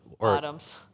bottoms